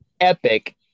epic